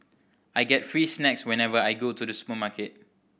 I get free snacks whenever I go to the supermarket